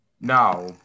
Now